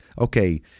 okay